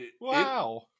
Wow